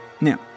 Now